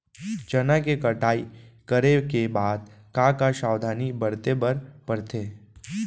चना के कटाई करे के बाद का का सावधानी बरते बर परथे?